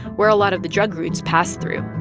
where a lot of the drug routes pass through.